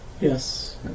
Yes